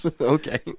Okay